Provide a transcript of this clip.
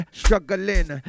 struggling